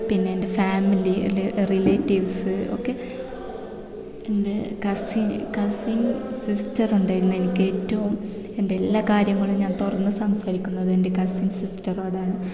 പിന്നെ എൻ്റെ ഫാമിലിയിൽ റിലേറ്റീവ്സ് ഒക്കെ എൻ്റെ കസിൻ കസിൻ സിസ്റ്ററുണ്ടായിരുന്നു എനിക്ക് ഏറ്റവും എൻ്റെ എല്ലാ കാര്യങ്ങളും ഞാൻ തുറന്നു സംസാരിക്കുന്നത് എൻ്റെ കസിൻ സിസ്റ്ററോടാണ്